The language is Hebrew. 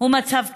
הוא מצב קשה.